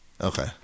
Okay